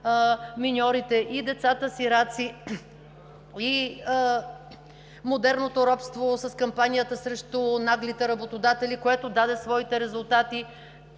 миньорите, и децата сираци, и модерното робство с кампанията срещу наглите работодатели, което даде своите резултати.